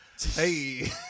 Hey